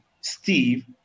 Steve